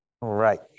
Right